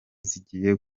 zigiye